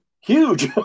huge